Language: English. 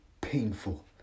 painful